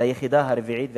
ליחידה הרביעית והחמישית.